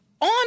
on